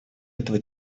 этого